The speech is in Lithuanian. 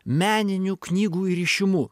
meninių knygų įrišimu